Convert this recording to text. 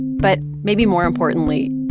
but maybe more importantly,